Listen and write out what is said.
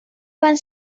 van